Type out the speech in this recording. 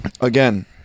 again